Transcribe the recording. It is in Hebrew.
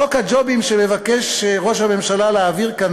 חוק הג'ובים שמבקש ראש הממשלה להעביר כאן